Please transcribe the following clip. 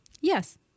yes